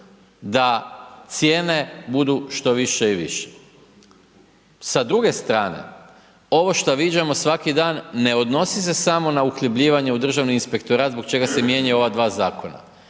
da cijene budu što više i više. Sa druge strane, ovo što viđamo svaki dan ne odnosi se samo na uhljebljivanje u Državni inspektorat zbog čega se mijenjaju i ova dva zakona.